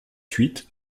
huit